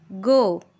go